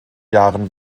jahren